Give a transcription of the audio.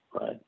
right